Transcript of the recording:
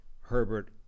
Herbert